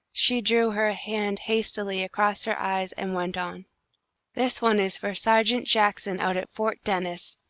she drew her hand hastily across her eyes and went on this one is for sergeant jackson out at fort dennis,